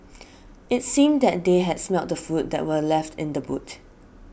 it seemed that they had smelt the food that were left in the boot